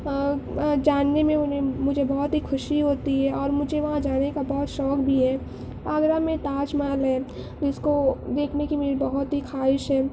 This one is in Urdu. جاننے میں انہیں مجھے بہت ہی خوشی ہوتی ہیں اور مجھے وہاں جانے کا بہت شوق بھی ہے آگرہ میں تاج محل ہے جس کو دیکھنے کی میری بہت ہی خواہش ہے